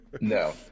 No